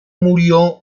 murió